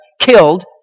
killed